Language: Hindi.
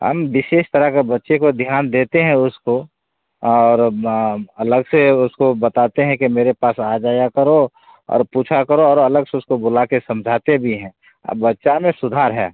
हम विशेष तरह का बच्चे पर ध्यान देते हैं उसको और अलग से उसको बताते हैं कि मेरे पास आ जाया करो और पूछा करो और अलग से उसको बोला के समझाते भी हैं बच्चा में सुधार है